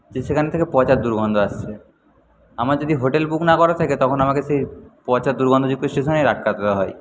যে সেখান থেকে পচা দুর্গন্ধ আসছে আমার যদি হোটেল বুক না করা থাকে তখন আমাকে সেই পচা দুর্গন্ধযুক্ত স্টেশনেই রাত কাটাতে হয়